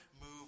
move